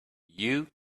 you